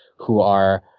who are,